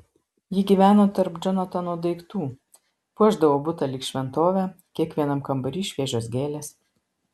ji gyveno tarp džonatano daiktų puošdavo butą lyg šventovę kiekvienam kambary šviežios gėlės